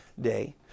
day